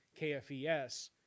KFES